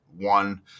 one